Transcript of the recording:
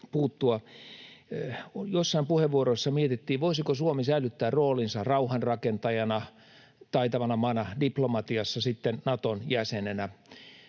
Joissain puheenvuoroissa mietittiin, voisiko Suomi säilyttää roolinsa rauhanrakentajana, taitavana maana diplomatiassa sitten Naton jäsenenä.